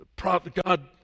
God